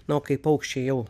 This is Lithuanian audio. nuo kai paukščiai jau